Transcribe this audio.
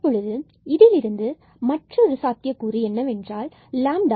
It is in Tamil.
தற்பொழுது இதில் இருந்து மற்றொரு சாத்தியக்கூறு என்னவென்றால் λ ஒன்றுக்கு சமமாக இருக்கும்